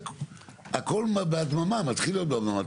הכל בהדממה, מתחיל להיות בהדממה.